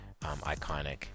iconic